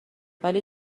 ولی